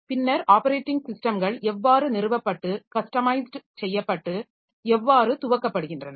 பின்னர் ஆப்பரேட்டிங் ஸிஸ்டம்கள் எவ்வாறு நிறுவப்பட்டு கஸ்டமைஸ்ட் செய்யப்பட்டு எவ்வாறு துவக்கப்படுகின்றன